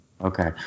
Okay